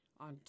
on